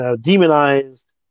demonized